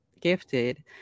gifted